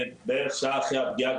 בערך שעה אחרי הפגיעה,